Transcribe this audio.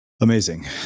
Amazing